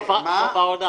סוף העונה.